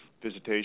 visitation